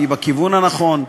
והיא בכיוון הנכון,